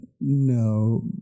No